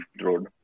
road